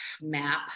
map